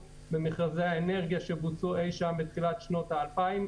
במכרזי האנרגיה שבוצעו אי-שם ב-2010,